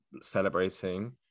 celebrating